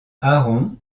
aron